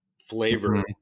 flavor